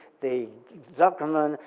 the zuckerman.